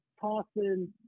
tossing